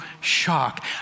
shock